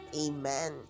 amen